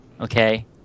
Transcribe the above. okay